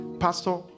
Pastor